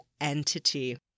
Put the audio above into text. entity